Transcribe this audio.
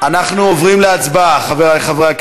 אחרי העיתונות החרדית מדי יום ימצא כל